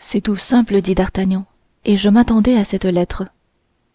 c'est tout simple dit d'artagnan et je m'attendais à cette lettre